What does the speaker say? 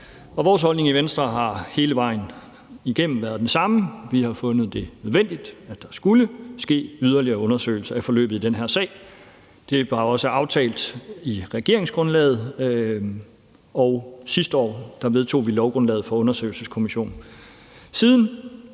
vores holdning i Venstre har hele vejen igennem været den samme. Vi har fundet det nødvendigt, at der skulle ske yderligere undersøgelser af forløbet i den her sag. Det var også aftalt i regeringsgrundlaget, og sidste år vedtog vi lovgrundlaget for undersøgelseskommissionen. Siden